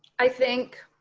i think